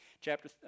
Chapter